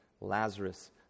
Lazarus